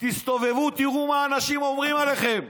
תסתובבו, תראו מה אנשים אומרים עליכם,